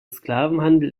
sklavenhandel